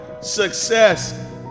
success